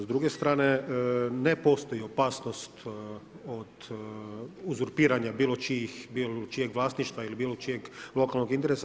S druge strane, ne postoji opasnost od uzurpiranja bilo čijeg vlasništva ili bilo čijeg lokalnog interesa.